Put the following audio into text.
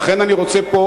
לכן אני רוצה פה,